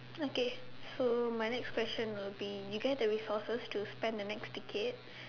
okay so my next question will be you get the resources to spend the next decade